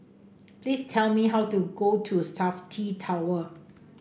please tell me how to go to Safti Tower